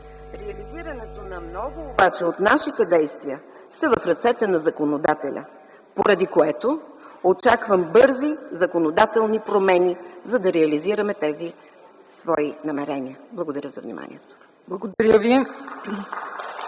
Реализирането на много от нашите действия са в ръцете на законодателя, поради което очаквам бързи законодателни промени, за да реализираме тези свои намерения. Благодаря за вниманието. (Ръкопляскания